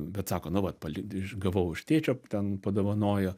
bet sako nu vat palit iš gavau iš tėčio ten padovanojo